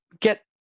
get